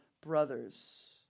brothers